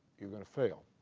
you're going to fail